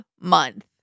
month